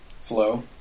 Flow